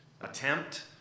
attempt